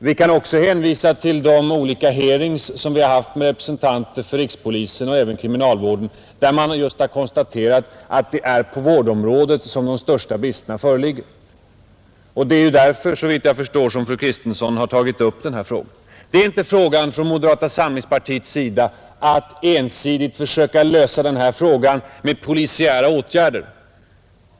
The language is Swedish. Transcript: Vi kan också hänvisa till de olika hearings vi haft med representanter för rikspolisen och även kriminalvården, där man just har konstaterat att det är på vårdområdet de största bristerna föreligger. Det är såvitt jag förstår därför som fru Kristensson har tagit upp denna fråga. Från moderata samlingspartiets sida gäller det inte att ensidigt försöka lösa denna fråga med polisiära åtgärder.